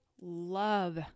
love